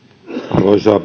arvoisa